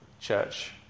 church